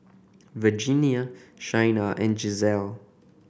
Virginia Shaina and Gisselle